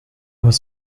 was